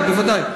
בוודאי, בוודאי.